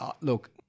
Look